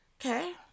Okay